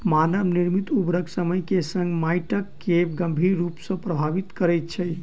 मानव निर्मित उर्वरक समय के संग माइट के गंभीर रूप सॅ प्रभावित करैत अछि